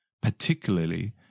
particularly